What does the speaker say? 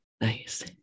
Nice